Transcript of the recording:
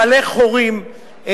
מלא חורים,